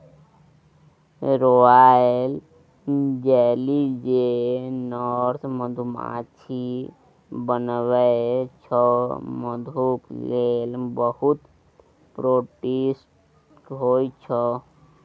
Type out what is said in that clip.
royal jelly जे nurse मधुमाछी बनबै छै मनुखक लेल बहुत पौष्टिक होइ छै